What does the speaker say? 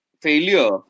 failure